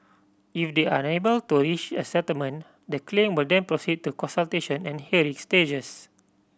if they are unable to reach a settlement the claim will then proceed to consultation and hearing stages